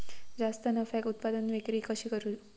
जास्त नफ्याक उत्पादन विक्री कशी करू?